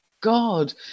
God